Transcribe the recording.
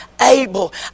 able